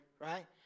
right